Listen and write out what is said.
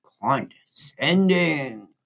condescending